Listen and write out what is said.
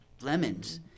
lemons